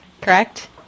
correct